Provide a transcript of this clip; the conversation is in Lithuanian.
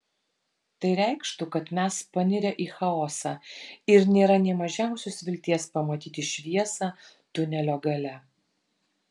tai reikštų kad mes panirę į chaosą ir nėra nė mažiausios vilties pamatyti šviesą tunelio gale